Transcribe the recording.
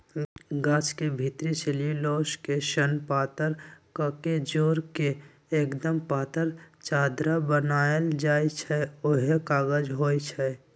गाछ के भितरी सेल्यूलोस के सन पातर कके जोर के एक्दम पातर चदरा बनाएल जाइ छइ उहे कागज होइ छइ